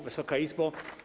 Wysoka Izbo!